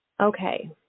okay